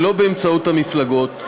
שלא באמצעות המפלגות,